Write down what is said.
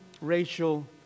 racial